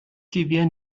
gewehr